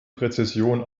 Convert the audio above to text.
präzision